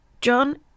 John